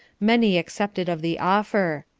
many accepted of the offer.